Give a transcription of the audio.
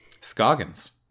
Scoggins